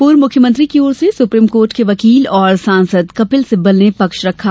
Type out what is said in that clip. पूर्व मुख्यमंत्री की ओर से सुप्रीम कोर्ट के वकील और सांसद कपिल सिब्बल ने पक्ष रखा